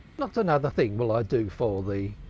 not another thing will i do for thee.